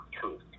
Truth